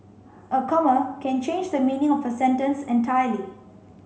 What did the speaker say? a comma can change the meaning of a sentence entirely